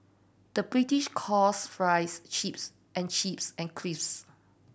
the British calls fries chips and chips and crisps